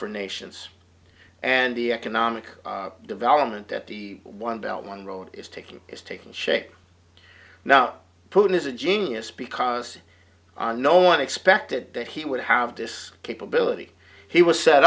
for nations and the economic development that the one belt one road is taking is taking shape now putin is a genius because no one expected that he would have this capability he was set